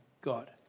God